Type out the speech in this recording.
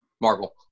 marvel